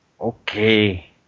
Okay